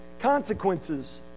consequences